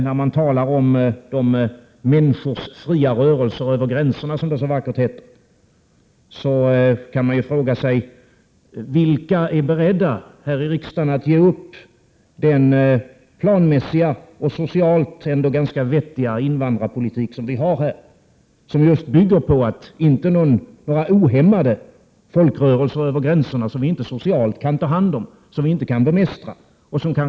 När man talar om människors fria rörelser över gränserna, som det så vackert heter, kan man fråga sig vilka här i riksdagen som är beredda att ge upp den planmässiga och socialt ändå ganska vettiga invandrarpolitiken i Sverige. Den bygger just på att ohämmade folkrörelser, som vi socialt inte kan ta hand om eller bemästra, inte får ske över gränserna.